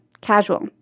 Casual